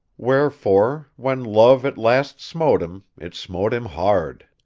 wherefore, when love at last smote him it smote him hard.